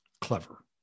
clever